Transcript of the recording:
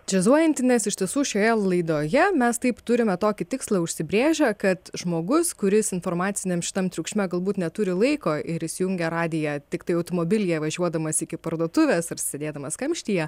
džiazuojanti nes iš tiesų šioje laidoje mes taip turime tokį tikslą užsibrėžę kad žmogus kuris informaciniam šitam triukšme galbūt neturi laiko ir įsijungia radiją tiktai automobilyje važiuodamas iki parduotuvės ar sėdėdamas kamštyje